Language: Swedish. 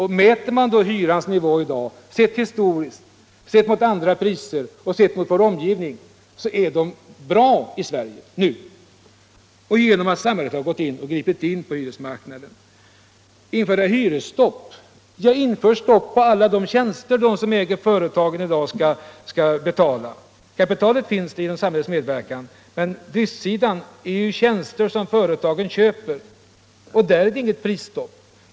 Hyresnivån i vårt land i dag, sett historiskt eller sett mot andra priser eller sett mot vår omgivning, är inte hög — tack vare att samhället har gripit in på hyresmarknaden. Om vi skall införa hyresstopp, så måste vi börja med att införa stopp på alla de tjänster som bostadsföretagens ägare i dag får betala. Priset på kapitalet hålls nere tack vare samhällets medverkan, men driftsidan består av tjänster som företagen köper, och där råder det inget prisstopp.